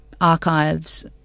archives